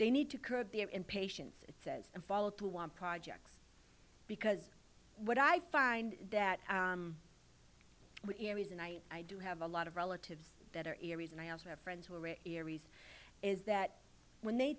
they need to curb their impatience it says and follow through on projects because what i find that we aries and i i do have a lot of relatives that are aries and i also have friends who are aries is that when they